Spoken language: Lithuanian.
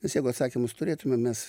nes jeigu atsakymus turėtumėm mes